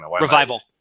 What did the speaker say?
Revival